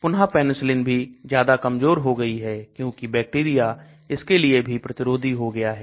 पुन्हा Penicillin भी ज्यादा कमजोर हो गई है क्योंकि बैक्टीरिया इसके लिए भी प्रतिरोधी हो गया है